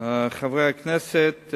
חברי הכנסת,